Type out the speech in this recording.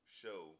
show